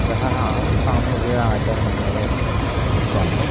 अतः अहं सामूहिक आचरणमेव इच्छामि